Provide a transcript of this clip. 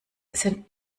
sind